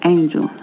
Angel